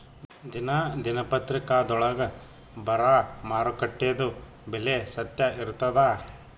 ದಿನಾ ದಿನಪತ್ರಿಕಾದೊಳಾಗ ಬರಾ ಮಾರುಕಟ್ಟೆದು ಬೆಲೆ ಸತ್ಯ ಇರ್ತಾದಾ?